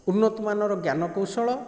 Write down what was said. ଉନ୍ନତମାନର ଜ୍ଞାନକୌଶଳ